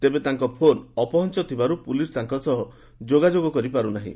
ତେବେ ତାଙ୍କ ଫୋନ୍ ଅପହଞ୍ଚ ଥିବାରୁ ପୁଲିସ୍ ତାଙ୍କ ସହ ଯୋଗାଯୋଗ କରିପାରୁ ନାହିଁ